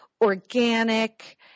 organic